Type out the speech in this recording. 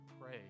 pray